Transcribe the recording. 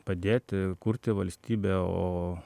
padėti kurti valstybę o